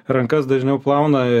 rankas dažniau plauna